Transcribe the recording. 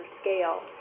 scale